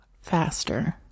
faster